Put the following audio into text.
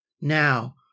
Now